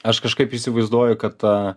aš kažkaip įsivaizduoju kad tą